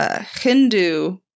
Hindu